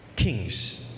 kings